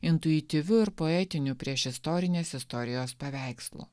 intuityviu ir poetiniu priešistorinės istorijos paveikslu